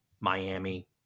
Miami